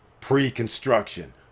pre-construction